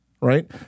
right